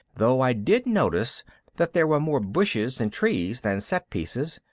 though i did notice that there were more bushes and trees than set pieces,